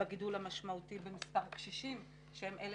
בגידול המשמעותי במספר הקשישים, שהם אלה